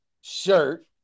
shirt